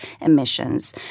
emissions